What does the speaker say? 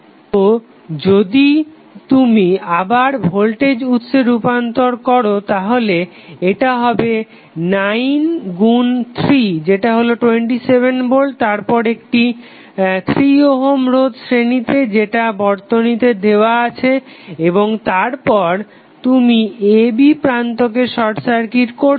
তো যদি তুমি আবার ভোল্টেজ উৎসে রূপান্তর করো তাহলে এটা হবে 9 গুন 3 যেটা হলো 27 ভোল্ট এবং তারপর একটি 3 ওহম রোধ শ্রেণিতে যেটা বর্তনীতে দেওয়া আছে ও তারপর তুমি a b প্রান্তকে শর্ট সার্কিট করেছো